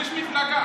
שליש מפלגה.